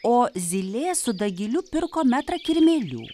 o zylė su dagiliu pirko metrą kirmėlių